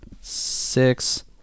Six